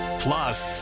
plus